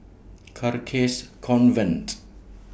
Carcasa Convent